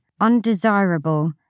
undesirable